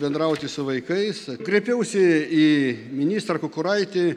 bendrauti su vaikais kreipiausi į ministrą kukuraitį